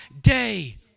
day